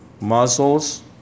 muscles